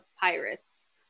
Pirates